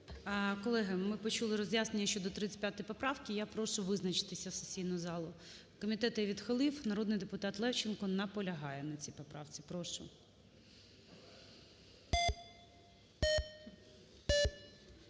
Колеги, ми почули роз'яснення щодо 35 поправки. Я прошу визначитися сесійну залу. Комітет її відхилив, народний депутат Левченко наполягає на цій поправці. Прошу.